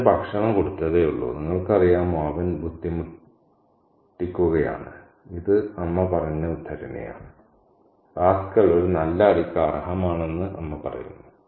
അവന്ന് ഭക്ഷണം കൊടുത്തതേയുള്ളൂ നിങ്ങൾക്കറിയാമോ അവൻ ബുദ്ധിമുട്ടിക്കുകണ് ഇത് അമ്മ പറഞ്ഞ ഉദ്ധരണിയാണ് റാസ്കൽ ഒരു നല്ല അടിക്ക് അർഹമാണെന്ന് അമ്മ പറയുന്നു